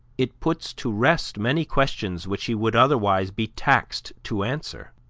it puts to rest many questions which he would otherwise be taxed to answer